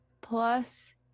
plus